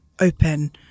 open